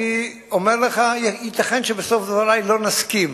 אני אומר לך: ייתכן שבסוף דברי לא נסכים.